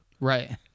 right